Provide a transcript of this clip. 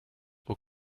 aux